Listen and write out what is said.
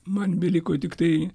man beliko tiktai